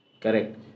Correct